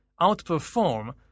outperform